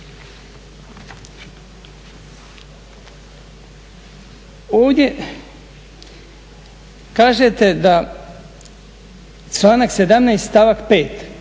Ovdje kažete da članak 17. stavak 5.